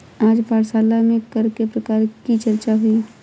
आज पाठशाला में कर के प्रकार की चर्चा हुई